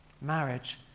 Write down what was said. Marriage